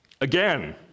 again